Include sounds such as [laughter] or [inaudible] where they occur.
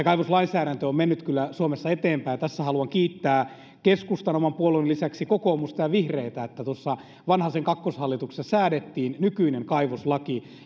[unintelligible] kaivoslainsäädäntö on mennyt kyllä suomessa eteenpäin ja tässä haluan kiittää keskustan oman puolueeni lisäksi kokoomusta ja vihreitä siitä että vanhasen kakkoshallituksessa säädettiin nykyinen kaivoslaki [unintelligible]